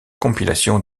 compilation